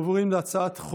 נמנעים,